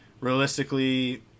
realistically